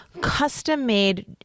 custom-made